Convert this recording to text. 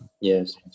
Yes